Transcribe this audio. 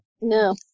No